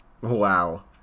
Wow